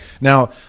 Now